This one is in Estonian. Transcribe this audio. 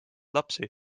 lapsi